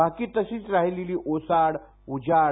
बाकी तशीच राहिली ओसाड उजाड